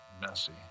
Messy